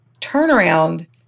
turnaround